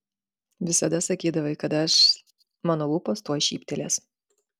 visada sakydavai kad aš mano lūpos tuoj šyptelės